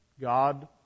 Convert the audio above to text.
God